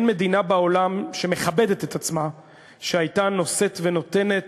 אין מדינה בעולם שמכבדת את עצמה שהייתה נושאת ונותנת